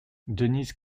denise